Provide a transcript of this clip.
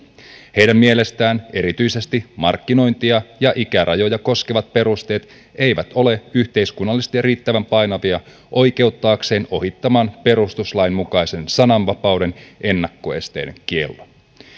heidän mielestään erityisesti markkinointia ja ikärajoja koskevat perusteet eivät ole yhteiskunnallisesti riittävän painavia oikeuttaakseen ohittamaan perustuslain mukaisen sananvapauden ennakkoesteiden kiellon